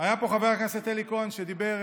היה פה חבר הכנסת אלי כהן שדיבר,